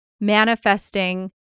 manifesting